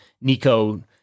Nico